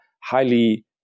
highly